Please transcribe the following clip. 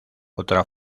otra